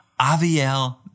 Aviel